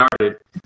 started